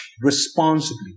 responsibly